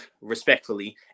respectfully